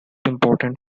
important